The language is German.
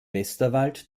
westerwald